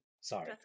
sorry